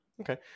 okay